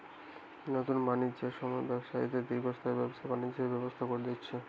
নুতন বাণিজ্যের সময়ে ব্যবসায়ীদের দীর্ঘস্থায়ী ব্যবসা বাণিজ্যের ব্যবস্থা কোরে দিচ্ছে